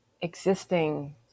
existing